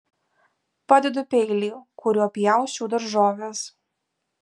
padedu peilį kuriuo pjausčiau daržoves